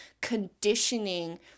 conditioning